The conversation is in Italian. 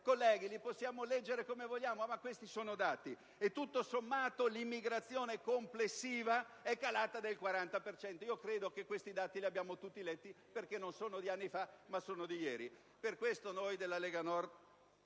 colleghi: li possiamo leggere come vogliamo, ma sono dati! E tutto sommato l'immigrazione complessiva è calata del 40 per cento. Credo che questi dati li abbiamo letti tutti, perché non sono di anni fa, ma di ieri. Per questo, signor